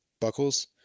buckles